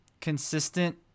consistent –